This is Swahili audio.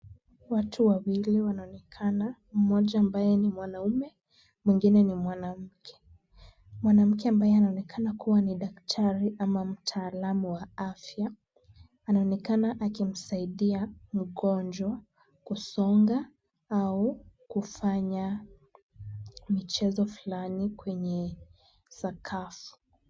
Watu wawili wanaonekana, mmoja ambaye ni mwanaume mwingine ni mwanamke. Mwanamke ambaye anaonekana kuwa ni daktari ama mtaalamu wa afya, anaonekana akimsaidia mgonjwa kusonga au kufanya michezo fulani kwenye sakafu.